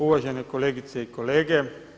Uvažene kolegice i kolege.